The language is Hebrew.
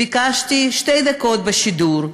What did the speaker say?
ביקשתי שתי דקות בשידור,